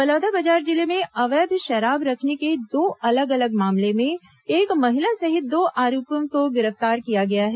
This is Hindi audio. बलौदाबाजार जिले में अवैध शराब रखने के दो अलग अलग मामले में एक महिला सहित दो आरोपियों को गिरफ्तार किया गया है